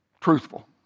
truthful